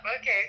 Okay